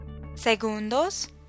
Segundos